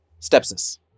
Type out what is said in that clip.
Stepsis